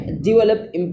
develop